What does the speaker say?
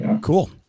Cool